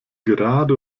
gerade